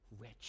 rich